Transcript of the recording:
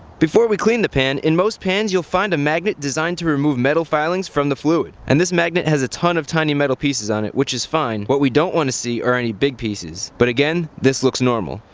before we clean the pan, in most pans you'll find a magnet designed to remove metal filings from the fluid. and this magnet has a ton of tiny metal pieces on it, which is fine. what we don't want to see or any big pieces, but again, this looks normal.